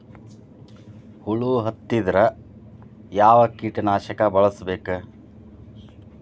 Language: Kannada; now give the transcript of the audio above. ಹುಳು ಹತ್ತಿದ್ರೆ ಯಾವ ಕೇಟನಾಶಕ ಬಳಸಬೇಕ?